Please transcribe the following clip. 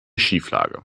schieflage